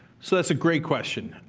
so that's a great question.